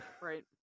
right